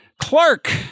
Clark